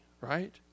right